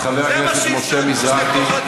חבר הכנסת משה מזרחי, מוותר.